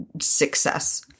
success